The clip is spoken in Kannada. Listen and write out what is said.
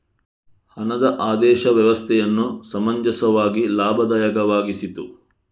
ಹಣದ ಆದೇಶ ವ್ಯವಸ್ಥೆಯನ್ನು ಸಮಂಜಸವಾಗಿ ಲಾಭದಾಯಕವಾಗಿಸಿತು